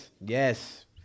Yes